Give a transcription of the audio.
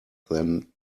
than